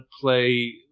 play